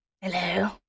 Hello